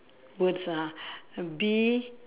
words ah B